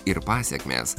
ir pasekmės